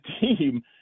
team